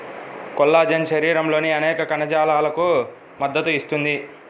collagen శరీరంలోని అనేక కణజాలాలకు మద్దతు ఇస్తుంది